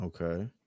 okay